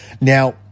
Now